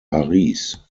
paris